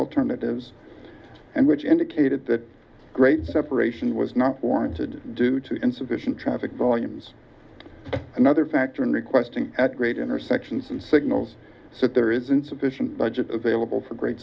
alternatives and which indicated that great separation was not warranted due to insufficient traffic volumes another factor in requesting at great intersections and signals that there is insufficient budget available for great